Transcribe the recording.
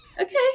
okay